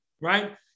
right